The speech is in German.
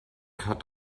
hat